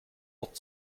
wort